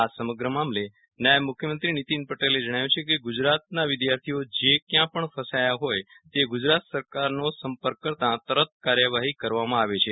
આ સમગ્ર મામલે નાયબ મુખ્યમંત્રી નીતિન પટેલે જણાવ્યું છે કે ગુજરાતના વિદ્યાર્થીઓ જે ક્યાં પણ ફસાયા હોય તે ગુજરાત સરકારનો સંપર્ક કરતા તરત કાર્યવાહી કરવામાં આવે છે